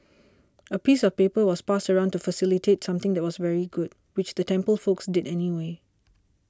a piece of paper was passed around to facilitate something that was very good which the temple folks did anyway